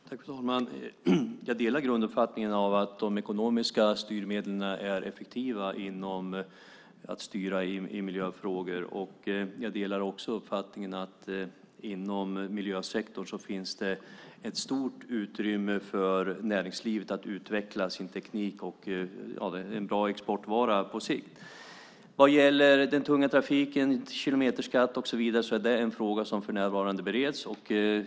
Fru talman! Jag delar grunduppfattningen att de ekonomiska styrmedlen är effektiva när det gäller att styra i miljöfrågor. Jag delar också uppfattningen att det inom miljösektorn finns ett stort utrymme för näringslivet att utveckla sin teknik till att bli en bra exportvara på sikt. Vad gäller den tunga trafiken, kilometerskatt och så vidare är det en fråga som för närvarande bereds.